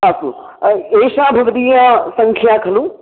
अस्तु एषा भविदीया सङ्ख्या खलु